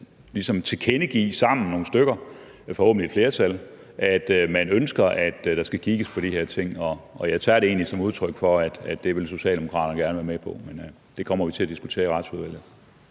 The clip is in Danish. ligesom tilkendegive nogle stykker sammen, forhåbentlig et flertal, at man ønsker, at der skal kigges på de her ting. Jeg tager det egentlig som et udtryk for, at det vil Socialdemokratiet gerne være med på, men det kommer vi til at diskutere i Retsudvalget.